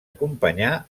acompanyar